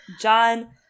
John